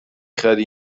خری